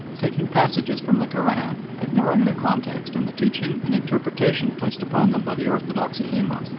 taking passages from the koran, ignoring their context and the teaching and interpretation placed upon them by the orthodox ulema,